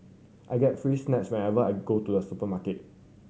I get free snacks whenever I go to the supermarket